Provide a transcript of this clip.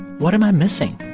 what am i missing?